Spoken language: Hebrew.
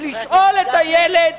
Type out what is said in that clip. ולשאול את הילד: